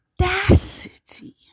audacity